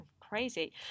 crazy